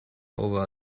over